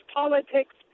politics